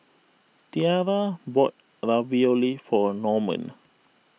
Tiarra bought Ravioli for Norman